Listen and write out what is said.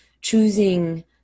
choosing